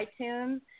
iTunes